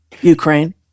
Ukraine